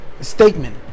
statement